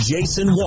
Jason